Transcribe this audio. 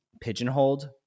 pigeonholed